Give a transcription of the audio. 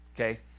okay